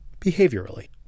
behaviorally